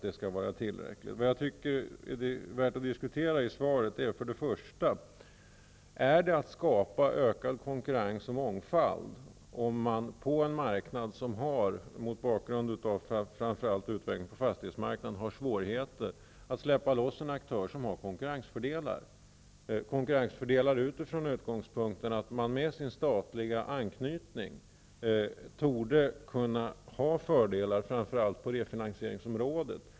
Det i svaret som jag tycker är värt att diskutera är först och främst följande: Är det att skapa ökad konkurrens och mångfald om man på en marknad som har svårigheter, framför allt mot bakgrund av utvecklingen när det gäller fastigheter, släpper loss en aktör som har konkurrensfördelar från den utgångspunkten att man med sin statliga anknytning torde ha förmåner framför allt på refinansieringsområdet?